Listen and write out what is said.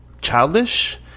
childish